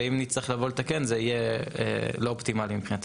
ואם נצטרך לבוא ולתקן זה יהיה לא אופטימלי מבחינתנו.